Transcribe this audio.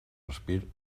respir